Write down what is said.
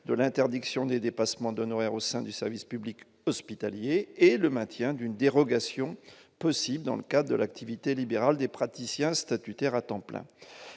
de l'interdiction des dépassements d'honoraires au sein du service public hospitalier et le maintien d'une dérogation possible dans le cas de l'activité libérale des praticiens statutaires à temps plein,